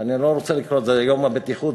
ואני לא רוצה לקרוא לזה יום הבטיחות,